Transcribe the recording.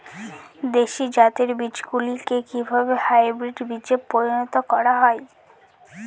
দেশি জাতের বীজগুলিকে কিভাবে হাইব্রিড বীজে পরিণত করা হয়?